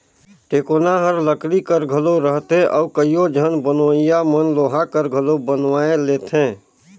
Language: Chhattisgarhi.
टेकोना हर लकरी कर घलो रहथे अउ कइयो झन बनवइया मन लोहा कर घलो बनवाए लेथे